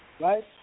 right